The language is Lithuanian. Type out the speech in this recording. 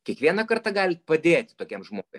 kiekvieną kartą galit padėti tokiam žmogui